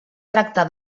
tracta